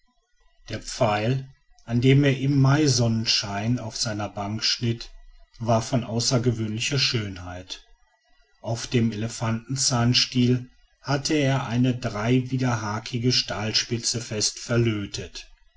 der pfeil an dem er im maisonnenschein auf seiner bank schnitt war von außergewöhnlicher schönheit auf dem elefantenzahnstiel hatte er eine dreiwiderhakige stahlspitze fest verlötet